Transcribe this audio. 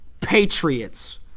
Patriots